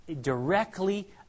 directly